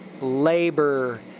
labor